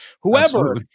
whoever